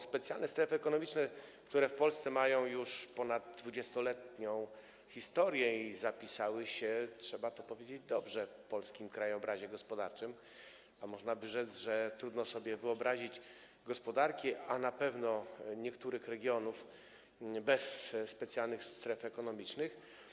Specjalne strefy ekonomiczne w Polsce mają już ponad 20-letnią historię i zapisały się, trzeba to powiedzieć, dobrze w polskim krajobrazie gospodarczym, a można by rzec, że trudno sobie wyobrazić gospodarki niektórych regionów bez specjalnych stref ekonomicznych.